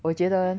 我觉得